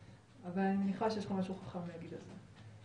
אבל אני מניחה שיש לך משהו חכם להגיד על זה.